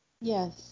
yes